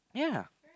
yeah